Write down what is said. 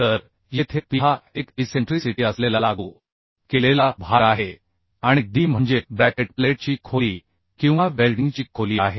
तर येथे P हा एक इसेंट्रीसिटी असलेला लागू केलेला भार आहे आणि D म्हणजे ब्रॅकेट प्लेटची खोली किंवा वेल्डिंगची खोली आहे